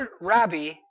rabbi